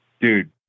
Dude